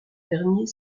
dernier